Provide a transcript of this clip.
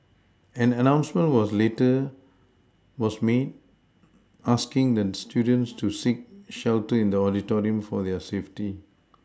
an announcement was later was made asking the students to seek shelter in the auditorium for their safety